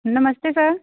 नमस्ते सर